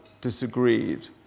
disagreed